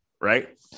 Right